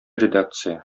редакция